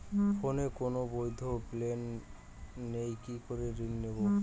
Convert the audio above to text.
ফোনে কোন বৈধ প্ল্যান নেই কি করে ঋণ নেব?